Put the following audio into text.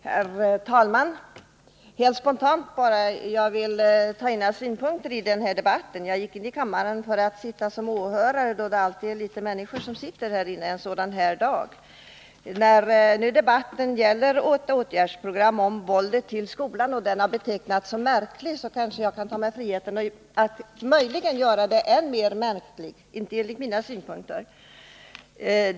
Herr talman! Jag vill helt spontant föra in några synpunkter i den här debatten — jag kom in i kammaren för att sitta som åhörare, eftersom det alltid är så få ledamöter i kammaren en sådan här dag. Debatten, som gäller ett åtgärdsprogram mot våldet i skolan, har betecknats som märklig. Jag kan möjligen bidra till att göra den än mer märklig — dock inte enligt min åsikt.